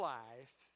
life